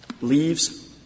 leaves